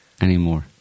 anymore